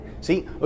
See